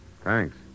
thanks